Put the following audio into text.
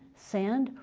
sand,